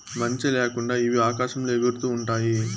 మంచి ల్యాకుండా ఇవి ఆకాశంలో ఎగురుతూ ఉంటాయి